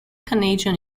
canadian